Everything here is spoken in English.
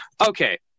Okay